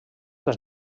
les